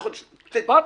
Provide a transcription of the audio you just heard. הסברתי.